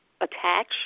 attach